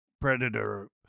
predator